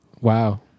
wow